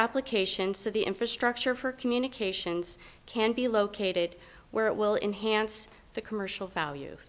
application to the infrastructure for communications can be located where it will inhance the commercial value